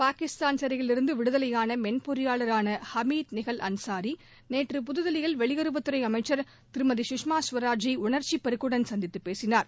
பாகிஸ்தான் சிறையிலிருந்து விடுதலையான மென்பொறியாளரான ஹமீத் நிஹல் அன்சாரி நேற்று புதுதில்லியில் வெளியுறவு அமைச்சர் திருமதி சுஷ்மா ஸ்வராஜ் உணர்ச்சிப் பெருக்குடன் சந்தித்துப் பேசினார்